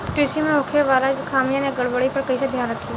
कृषि में होखे वाला खामियन या गड़बड़ी पर कइसे ध्यान रखि?